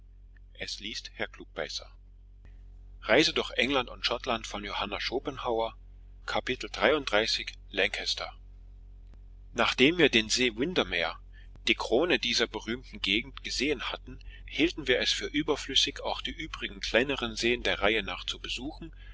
lancaster nachdem wir den see windermere die krone dieser berühmten gegend gesehen hatten hielten wir es für überflüssig auch die übrigen kleineren seen der reihe nach zu besuchen